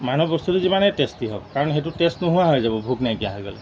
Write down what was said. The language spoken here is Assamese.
মানুহে বস্তুটো যিমানেই টেষ্টি হওক কাৰণ সেইটো টেষ্ট নোহোৱা হৈ যাব ভোক নাইকিয়া হৈ গ'লে